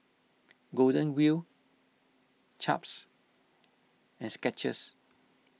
Golden Wheel Chaps and Skechers